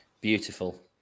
beautiful